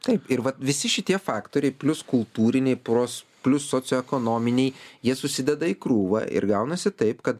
taip ir va visi šitie faktoriai plius kultūriniai poros plius socioekonominiai jie susideda į krūvą ir gaunasi taip kad